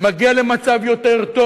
מגיע למצב טוב יותר,